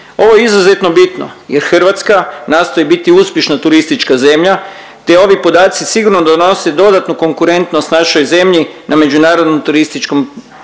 Ovo je izuzetno bitno jer Hrvatska nastoji biti uspješna turistička zemlja te ovi podaci sigurno donose dodatnu konkurentnost našoj zemlji na međunarodnom turističkom tržištu